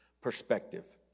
perspective